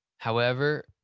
however,